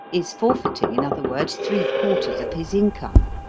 is forfeiting, in other words, three-quarters of his income.